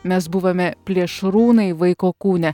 mes buvome plėšrūnai vaiko kūne